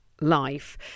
life